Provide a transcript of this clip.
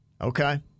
okay